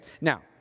Now